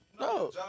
No